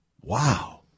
Wow